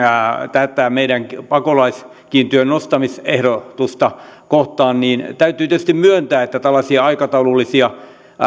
tätä meidän pakolaiskiintiön nostamisehdotusta kohtaan niin täytyy tietysti myöntää että tällaisia aikataulullisia